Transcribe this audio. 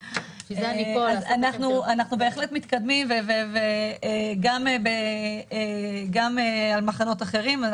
אנחנו בהחלט מתקדמים, גם על מחנות אחרים.